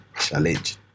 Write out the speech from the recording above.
challenge